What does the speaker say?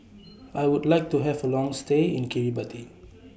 I Would like to Have A Long stay in Kiribati